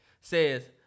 says